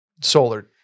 Solar